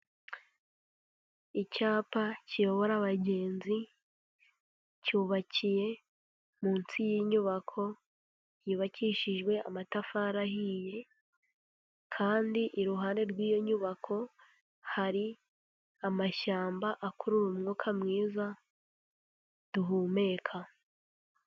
Icyapa kiyobora abagenzi cyubakiye munsi y'inyubako yubakishijwe amatafari ahiye kandi iruhande rw'iyo nyubako hari amashyamba akurura umwuka mwiza duhumeka.